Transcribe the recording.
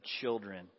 children